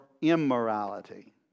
immorality